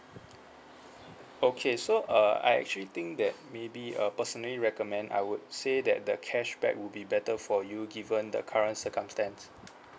okay so uh I actually think that maybe uh personally recommend I would say that the cashback will be better for you given the current circumstance